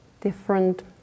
different